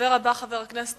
הדובר הבא, חבר הכנסת